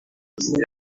ibintu